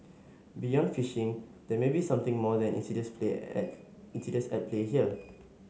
beyond phishing there may be something more than insidious insidious at play here